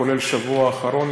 כולל בשבוע האחרון,